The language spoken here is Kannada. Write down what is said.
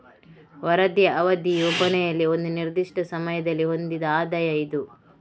ವರದಿಯ ಅವಧಿಯ ಕೊನೆಯಲ್ಲಿ ಒಂದು ನಿರ್ದಿಷ್ಟ ಸಮಯದಲ್ಲಿ ಹೊಂದಿದ ಆದಾಯ ಇದು